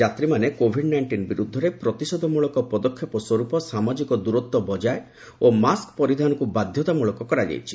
ଯାତ୍ରୀମାନେ covid nineteen ବିରୁଦ୍ଧରେ ପ୍ରତିଷେଧମୂଳକ ପଦକ୍ଷେପ ସ୍ୱରୂପ ସାମାଜିକ ଦୂରତ୍ୱ ବଜାୟ ଓ ମାସ୍କ ପରିଧାନକୁ ବାଧ୍ୟତାମୂଳକ କରାଯାଇଛି